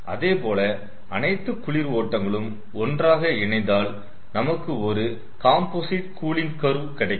அதேபோல அனைத்து குளிர் ஓட்டங்களும் ஒன்றாக இணைத்தால் நமக்கு ஒரு காம்போசிட் கூலிங் கர்வ் கிடைக்கும்